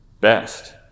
best